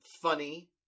funny